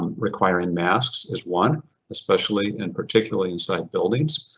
um requiring masks is one especially and particularly inside buildings.